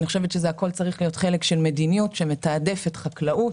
אני חושבת שהכול צריך להיות חלק ממדיניות שמתעדפת חקלאות,